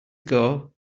ago